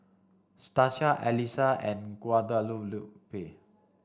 Stasia Allison and Guadalupe